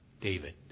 David